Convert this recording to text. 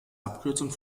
abkürzung